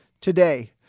today